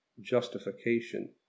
justification